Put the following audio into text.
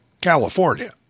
California